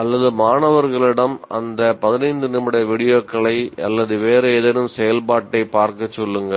அல்லது மாணவர்களிடம் இந்த 15 நிமிட வீடியோக்களை அல்லது வேறு ஏதேனும் செயல்பாட்டைப் பார்க்கச் சொல்லுங்கள்